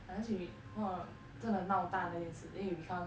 unless we 如果真的闹大哪件事 then it'll become